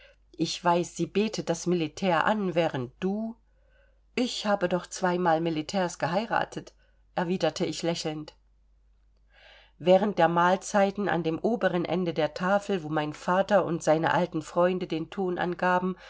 ich weiß sie betet das militär an während du ich habe doch zweimal militärs geheiratet erwiderte ich lächelnd während der mahlzeiten an dem oberen ende der tafel wo mein vater und seine alten freunde den ton angaben